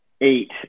eight